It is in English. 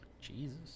Jesus